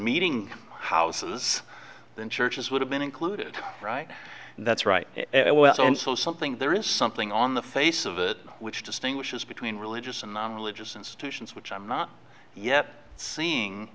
meeting houses then churches would have been included right that's right it was also something there is something on the face of it which distinguishes between religious and non religious institutions which i'm not yet seeing